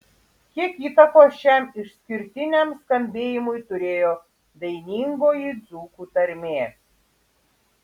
kiek įtakos šiam išskirtiniam skambėjimui turėjo dainingoji dzūkų tarmė